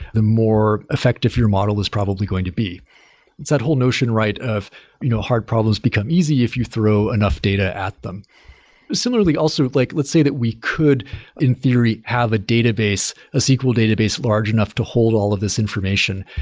the more effective your model is probably going to be. it's that whole notion, right, of you know hard problems become easy if you throw enough data at them similarly, also, like let's say that we could in theory have a database, a sql database large enough to hold all of this information.